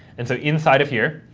and so inside of here,